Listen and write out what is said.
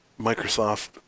Microsoft